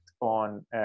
on